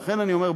ולכן אני אומר,